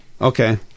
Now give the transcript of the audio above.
Okay